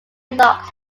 locked